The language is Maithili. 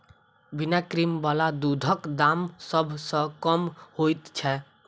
बिना क्रीम बला दूधक दाम सभ सॅ कम होइत छै